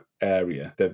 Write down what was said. area